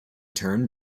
turn